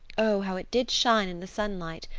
oh, how it did shine in the sunlight!